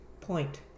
point